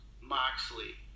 Moxley